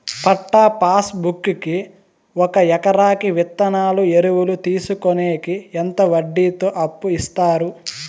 పట్టా passbook కి ఒక ఎకరాకి విత్తనాలు, ఎరువులు తీసుకొనేకి ఎంత వడ్డీతో అప్పు ఇస్తారు?